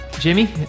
Jimmy